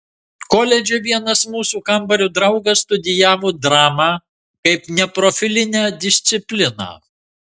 koledže vienas mūsų kambario draugas studijavo dramą kaip neprofilinę discipliną